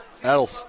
That'll